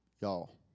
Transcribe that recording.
y'all